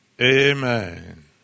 Amen